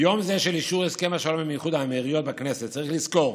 ביום זה של אישור הסכם השלום עם איחוד האמירויות בכנסת צריך לזכור